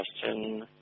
question